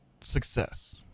success